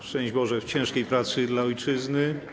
Szczęść Boże w ciężkiej pracy dla ojczyzny!